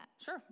Sure